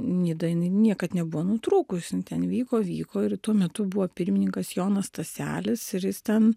nida jinai niekad nebuvo nutrūkus jin ten vyko vyko ir tuo metu buvo pirmininkas jonas staselis ir jis ten